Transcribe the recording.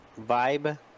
vibe